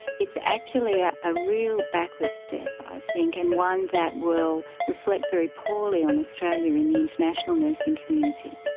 it's actually ah a real backward step i think, and one that will reflect very poorly on australia in the international nursing community.